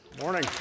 Morning